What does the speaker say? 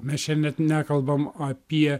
mes čia net nekalbam apie